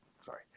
Sorry